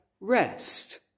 rest